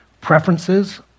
preferences